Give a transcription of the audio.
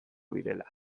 direla